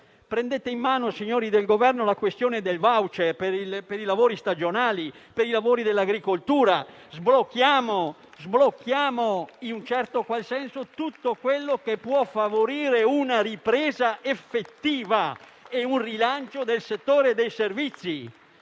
Prendete in mano, signori del Governo, la questione del *voucher* per i lavori stagionali o dell'agricoltura. Sblocchiamo, in un certo qual senso, tutto quello che può favorire una ripresa effettiva e un rilancio del settore dei servizi.